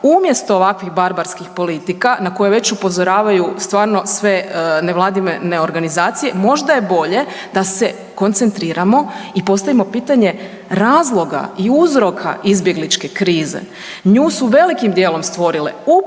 Umjesto ovakvih barbarskih politika na koje već upozoravaju stvarno sve nevladine organizacije možda je bolje da se koncentriramo i postavimo pitanje razloga i uzroka izbjegličke krize. Nju su velikim dijelom stvorile upravo